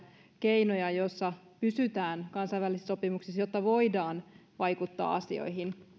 keinoja joissa pysytään kansainvälisissä sopimuksissa jotta voidaan vaikuttaa asioihin